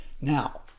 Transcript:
Now